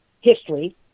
history